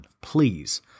please